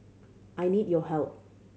I need your help